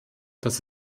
dass